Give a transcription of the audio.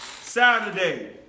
Saturday